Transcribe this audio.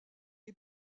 est